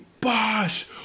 Bosh